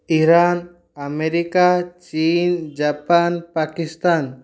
Iran America China Japan Pakistan